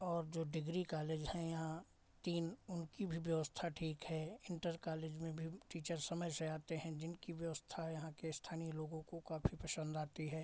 और जो degree college हैं यहाँ तीन उनकी भी व्यवस्था ठीक है इन्टर कॉलेज में भी टीचर समय से आते हैं जिनकी व्यवस्था यहाँ के स्थानीय लोगों को काफ़ी पसंद आती है